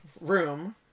room